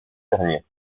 tergnier